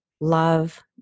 love